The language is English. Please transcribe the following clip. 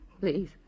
Please